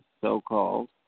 so-called